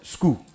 School